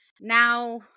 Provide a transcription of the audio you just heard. Now